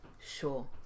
sure